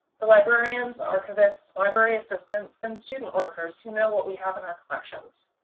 the librarians, archivists, librarian assistants, and student workers who know what we have in our collections.